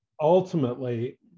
Ultimately